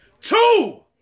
two